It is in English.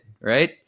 right